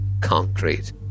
concrete